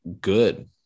good